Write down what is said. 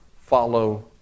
follow